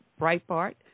Breitbart